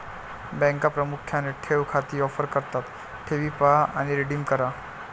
बँका प्रामुख्याने ठेव खाती ऑफर करतात ठेवी पहा आणि रिडीम करा